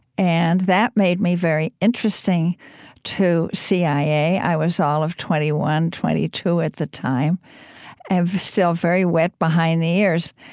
and that made me very interesting to cia. i was all of twenty one, twenty two at the time and still very wet behind the ears.